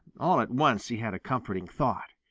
all at once he had a comforting thought.